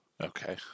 Okay